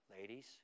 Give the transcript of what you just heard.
Ladies